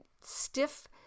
stiff